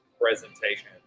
presentation